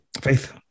faith